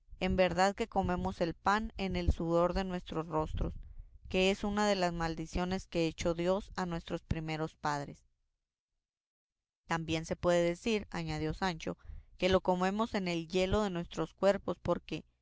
en verdad que comemos el pan en el sudor de nuestros rostros que es una de las maldiciones que echó dios a nuestros primeros padres también se puede decir añadió sancho que lo comemos en el yelo de nuestros cuerpos porque